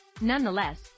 Nonetheless